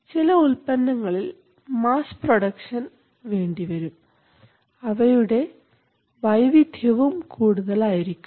ചില ഉൽപ്പന്നങ്ങളിൽ mass production വേണ്ടിവരും അവയുടെ വൈവിധ്യവും കൂടുതലായിരിക്കും